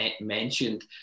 mentioned